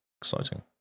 exciting